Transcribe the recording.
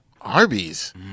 Arby's